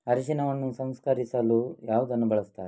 ಅರಿಶಿನವನ್ನು ಸಂಸ್ಕರಿಸಲು ಯಾವುದನ್ನು ಬಳಸುತ್ತಾರೆ?